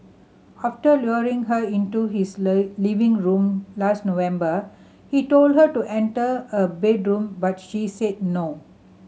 after luring her into his living room last November he told her to enter a bedroom but she said no